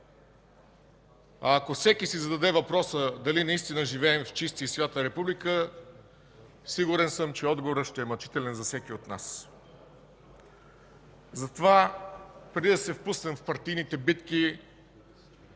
А ако всеки си зададе въпроса дали наистина живеем в чиста и свята република, сигурен съм, че отговорът ще е мъчителен за всеки от нас. Затова, преди да се впуснем в партийните битки,